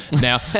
Now